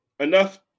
Enough